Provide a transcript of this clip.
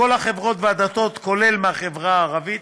מכל החברות והדתות, כולל מהחברה הערבית,